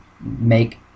make